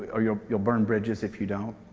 or you'll you'll burn bridges if you don't.